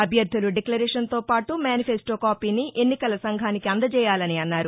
అభ్యర్థులు డిక్లరేషన్తో పాటు మేనిఫెస్టో కాపీని ఎన్నికల సంఘానికి అందజేయాలని అన్నారు